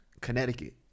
Connecticut